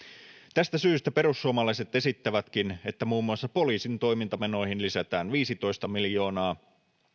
tästä syystä perussuomalaiset esittävätkin että muun muassa poliisin toimintamenoihin lisätään viisitoista miljoonaa